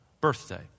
birthday